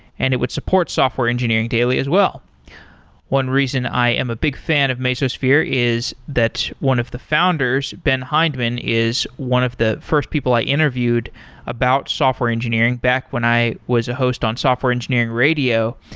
and it would support software engineering daily as well one reason i am a big fan of mesosphere is that one of the founders, ben hindman, is one of the first people i interviewed about software engineering back when i was a host on software engineering radio.